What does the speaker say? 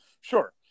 Sure